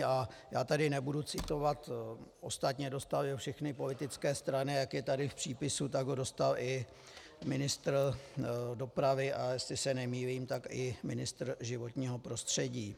A já tady nebudu citovat ostatně dostaly ho všechny politické strany, a jak je tady v přípisu, tak ho dostal i ministr dopravy, a jestli se nemýlím, tak i ministr životního prostředí.